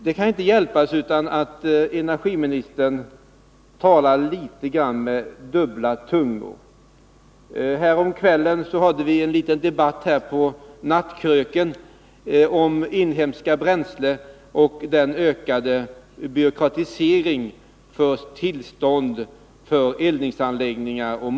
Det kan inte hjälpas att man får intrycket att energiministern i någon mån talar med dubbel tunga. Häromkvällen hade vi en liten debatt här på nattkröken om inhemska bränslen och den ökade byråkratiseringen i fråga om tillstånd för eldningsanläggningar o. d.